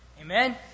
Amen